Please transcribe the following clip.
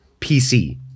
PC